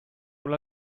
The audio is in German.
wohl